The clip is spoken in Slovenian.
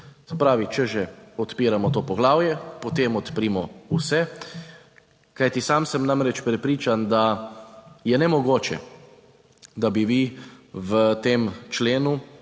pravi, če že odpiramo to poglavje, potem odprimo vse, kajti sam sem namreč prepričan, da je nemogoče, da bi vi v tem členu